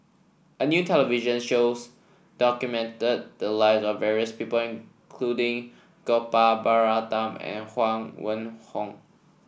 a new television shows documented the live of various people including Gopal Baratham and Huang Wenhong